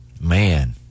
Man